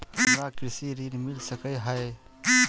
हमरा कृषि ऋण मिल सकै है?